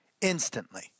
instantly